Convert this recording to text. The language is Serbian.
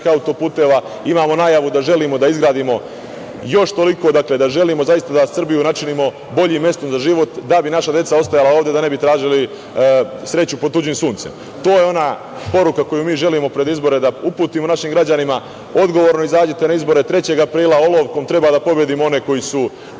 autoputeva. Imamo najavu da želimo da izgradimo još toliko, da želimo da Srbiju načinimo boljim mestom za život da bi naša deca ostajala ovde, da ne bi tražili sreću pod tuđim suncem. To je ona poruka koju mi želimo pred izbore da uputimo našim građanima. Odgovorno izađite na izbore 3. aprila, olovkom treba da pobedimo one koji su